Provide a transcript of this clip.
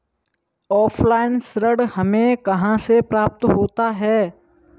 Offline ऋण हमें कहां से प्राप्त होता है?